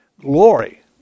glory